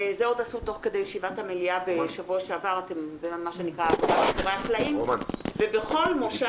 זה עוד עשו תוך כדי ישיבת המליאה בשבוע שעבר מאחורי הקלעים ובכל מושב